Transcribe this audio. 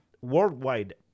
worldwide